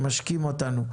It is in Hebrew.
שמשקים אותנו,